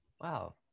Wow